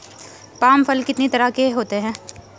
Palm फल कितनी तरह के होते हैं?